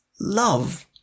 love